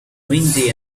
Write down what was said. windy